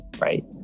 right